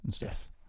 yes